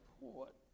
report